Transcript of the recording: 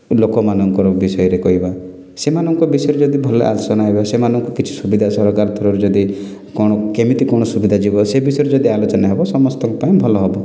ଲୋକମାନଙ୍କର ବିଷୟରେ କହିବା ସେମାନଙ୍କ ବିଷୟରେ ଯଦି ଭଲ ଆଲୋଚନା ସେମାନଙ୍କୁ କିଛି ସୁବିଧା ସରକାର୍ ଥ୍ରୁରୁ ଯଦି କ'ଣ କେମିତି କ'ଣ ସୁବିଧା ଯିବ ସେ ବିଷୟରେ ଯଦି ଆଲୋଚନା ହେବ ସମସ୍ତଙ୍କ ପାଇଁ ଭଲ ହେବ